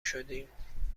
شدیم